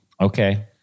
Okay